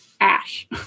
Ash